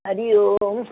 Hari Om